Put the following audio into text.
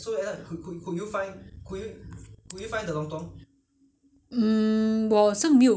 observe properly so next time if we if confirm if confirm you want to